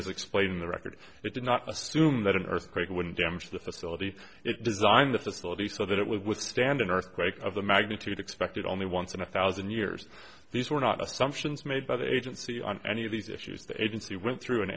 as explained in the record it did not assume that an earthquake wouldn't damage the facility it designed the facility so that it was withstand an earthquake of the magnitude expected only once in a thousand years these were not assumptions made by the agency on any of these issues the agency went through an